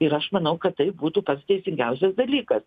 ir aš manau kad tai būtų pats teisingiausias dalykas